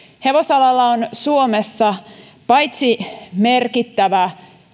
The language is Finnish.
hevosalalla on suomessa merkittävä